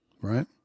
Right